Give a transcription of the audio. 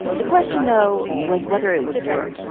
the question, though, was whether it would work.